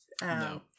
No